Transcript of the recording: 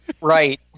Right